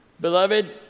Beloved